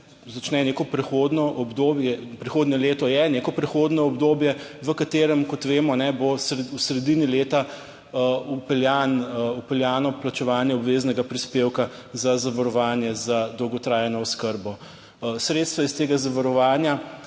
začne neko prehodno obdobje, prihodnje leto je neko prehodno obdobje, v katerem, kot vemo, bo v sredini leta vpeljan, vpeljano plačevanje obveznega prispevka za zavarovanje za dolgotrajno oskrbo. Sredstva iz tega zavarovanja